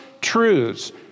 truths